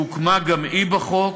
שהוקמה גם היא בחוק,